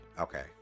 okay